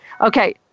Okay